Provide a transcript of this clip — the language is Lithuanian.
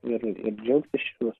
ir ir džiaugtis šituo